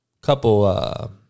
couple